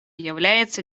является